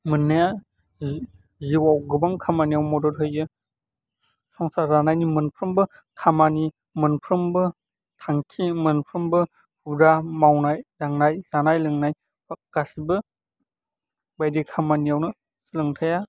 मोननाया जिउआव गोबां खामानियाव मदद होयो संसार जानायनि मोनफ्रोमबो खामानि मोनफ्रोमबो थांखि मोनफ्रोमबो हुदा मावनाय दांनाय जानाय लोंनाय गासिबो बायदि खामानियावनो सोलोंथाइया